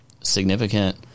significant